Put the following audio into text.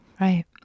Right